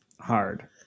Hard